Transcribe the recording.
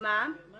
בזמן